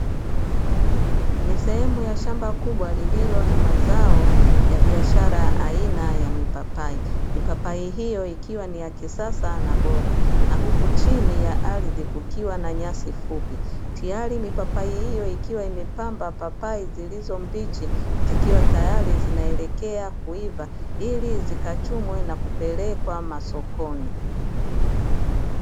Ni sehemu ya shamba kubwa lililo na mazao ya biashara aina ya mipapai. Mipapai hiyo ikiwa ni ya kisasa na bora, na huku chini ya ardhi kukiwa na nyasi fupi. Tiyari mipapai hiyo ikiwa imepamba papai zilizo mbichi, zikiwa tayari zinaelekea kuiva ili zikachumwe na kupelekwa masokoni.